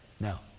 Now